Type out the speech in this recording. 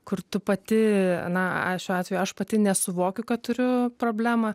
kur tu pati na šiuo atveju aš pati nesuvokiu kad turiu problemą